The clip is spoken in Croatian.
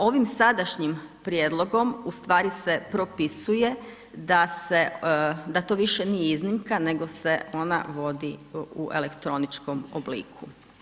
Ovim sadašnjim prijedlogom, ustvari se propisuje da to više nije iznimka, nego se ona vodi u elektroničkom obliku.